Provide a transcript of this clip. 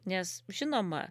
nes žinoma